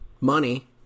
money